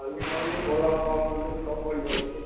काली मंदिर भोलाबाबा मन्दिर सब बढ़िआँ छै